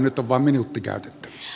nyt on vain minuutti käytettävissä